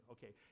Okay